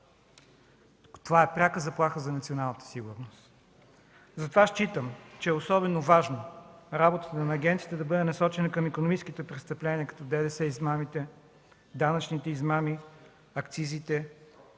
Това е пряка заплаха за националната сигурност. Затова считам, че е особено важно работата на агенцията да бъде насочена към икономическите престъпления, като ДДС измамите, данъчните измами, акцизите,